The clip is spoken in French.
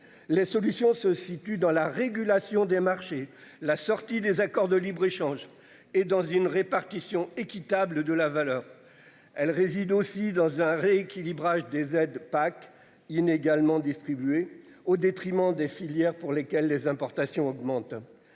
Les solutions se situent dans la régulation des marchés, la sortie des accords de libre-échange. Et dans une répartition équitable de la valeur. Elle réside aussi dans un rééquilibrage des aides PAC inégalement distribuées au détriment des filières pour lesquelles les importations augmentent.